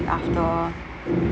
after